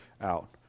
out